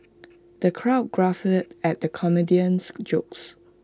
the crowd guffawed at the comedian's jokes